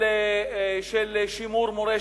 של שימור מורשת,